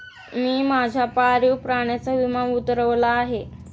मी माझ्या पाळीव प्राण्याचा विमा उतरवला आहे